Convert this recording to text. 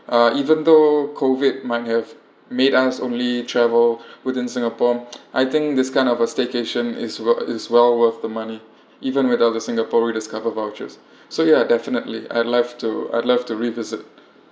uh even though COVID might have made us only travel within singapore I think this kind of a staycation is what is well worth the money even without the singaporean rediscover vouchers so ya definitely I like to I'd love to revisit